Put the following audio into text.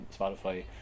Spotify